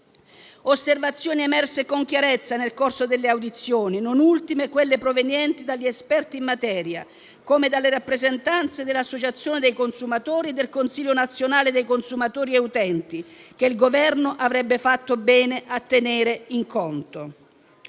Osservazioni sono emerse con chiarezza nel corso delle audizioni, e non ultime quelle provenienti da esperti della materia come dalle rappresentanze delle associazioni dei consumatori e del Consiglio nazionale consumatori e utenti che il Governo avrebbe fatto bene a tenere in conto.